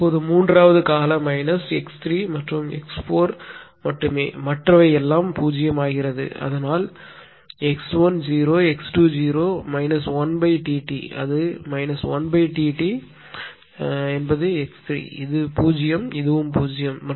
இப்போது மூன்றாவது கால மைனஸ் x3 மற்றும் x4 மட்டுமே மற்றவை எல்லாம் 0 ஆகிறது அதனால் x1 0 x2 0 1Tt அது1Tt is x 3 இது 0 இது 0